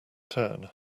turn